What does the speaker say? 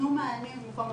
תנו מענה אחר,